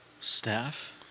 Staff